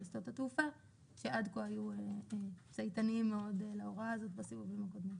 שדות התעופה שעד כה היו צייתניים מאוד להוראה הזאת בסיבובים הקודמים.